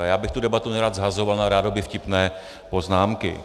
Já bych tu debatu nerad shazoval na rádoby vtipné poznámky.